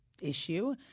issue